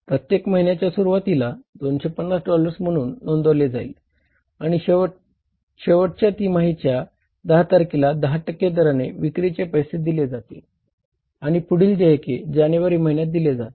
प्रत्येक महिन्याच्या सुरुवातीला 250 डॉलर्स म्हणून नोंदवले जाईल आणि शेवटच्या तिमाहीच्या 10 तारखेला 10 टक्के दराने विक्रीचे पैसे दिले जातील आणि पुढील देयक जानेवारी महिन्यात दिले जाईल